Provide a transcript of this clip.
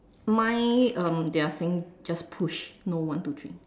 mine um they're saying just push no one two three